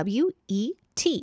wet